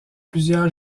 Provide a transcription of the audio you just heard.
plusieurs